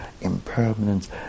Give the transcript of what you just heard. impermanence